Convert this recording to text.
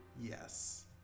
Yes